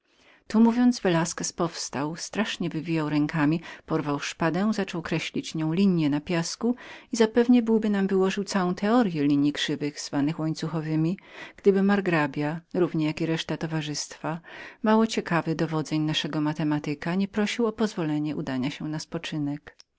to mówiąc velasquez powstał strasznie wywijał rękami porwał szpadę zaczął kreślić nią linije na piasku i zapewne byłby nam wyłożył całą teoryę o linijach krzywych zwanych łańcuchowemi gdyby margrabia równie jak i reszta towarzystwa mało ciekawa dowodzeń naszego matematyka nie była prosiła o pozwolenie udania się na spoczynek